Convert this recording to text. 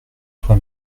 toi